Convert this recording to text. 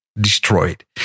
destroyed